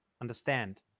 understand